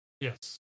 Yes